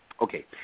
Okay